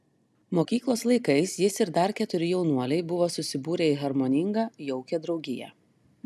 mokyklos laikais jis ir dar keturi jaunuoliai buvo susibūrę į harmoningą jaukią draugiją